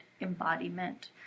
embodiment